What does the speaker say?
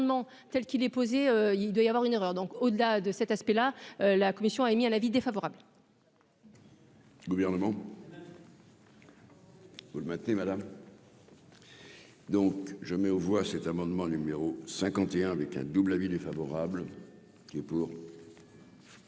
telle qu'il est posé, il doit y avoir une erreur donc au-delà de cet aspect-là, la commission a émis un avis défavorable. Le gouvernement. Pour le matin, madame. Donc je mets aux voix cet amendement numéro 51 avec un double avis défavorable qui est pour.